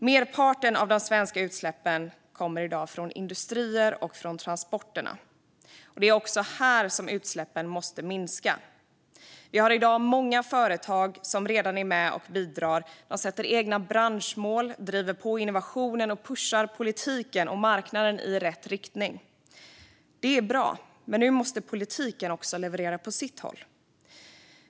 Merparten av de svenska utsläppen kommer i dag från industrier och från transporterna. Det är också där som utsläppen måste minska. Vi har i dag många företag som redan är med och bidrar. De sätter egna branschmål, driver på innovationen och pushar politiken och marknaden i rätt riktning. Det är bra, men nu måste politiken också leverera på sitt håll.